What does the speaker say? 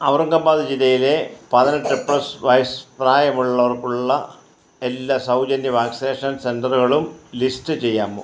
ഔറംഗബാദ് ജില്ലയിലെ പതിനെട്ട് പ്ലസ് വയസ്സ് പ്രായമുള്ളവർക്കുള്ള എല്ലാ സൗജന്യ വാക്സിനേഷൻ സെൻ്ററുകളും ലിസ്റ്റ് ചെയ്യാമോ